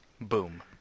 Boom